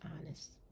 honest